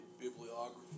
bibliography